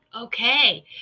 okay